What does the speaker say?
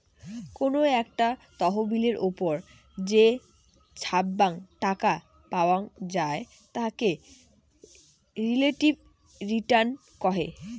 কোনো একটা তহবিলের ওপর যে ছাব্যাং টাকা পাওয়াং যাই তাকে রিলেটিভ রিটার্ন কহে